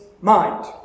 mind